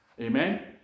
Amen